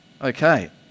Okay